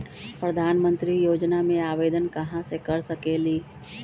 प्रधानमंत्री योजना में आवेदन कहा से कर सकेली?